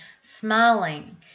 smiling